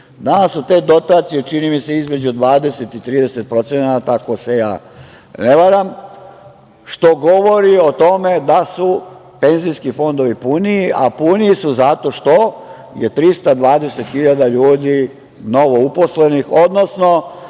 Danas su te dotacije, čini mi se, između 20% i 30% ako se ja ne varam, što govori o tome da su penzijski fondovi puniji, a puniji su zato što je 320.000 ljudi novouposlenih, odnosno